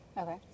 Okay